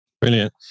Brilliant